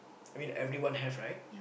I mean everyone have right